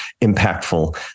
impactful